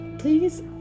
Please